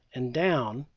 and down,